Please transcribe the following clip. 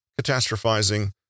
catastrophizing